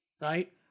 right